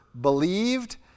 believed